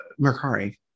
Mercari